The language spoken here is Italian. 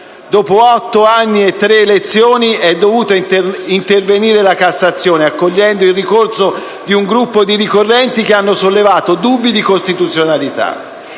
Dopo otto anni e tre elezioni è dovuta intervenire la Corte di cassazione, accogliendo il ricorso di un gruppo di ricorrenti che hanno sollevato dubbi di costituzionalità.